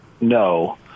No